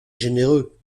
généreux